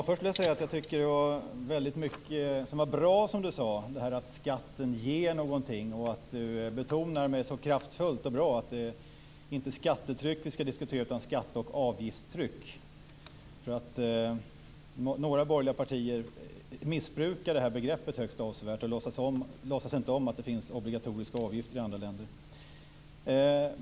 Fru talman! Det var mycket av det som Lena Sandlin-Hedman sade som var bra, nämligen att skatten ger någonting. Hon betonar kraftfullt och bra att det inte är skattetrycket vi ska diskutera utan skatte och avgiftstryck. Några borgerliga partier missbrukar begreppet avsevärt och låtsas inte om att det finns obligatoriska avgifter i andra länder.